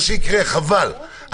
חבל.